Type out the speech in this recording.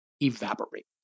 evaporate